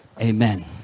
Amen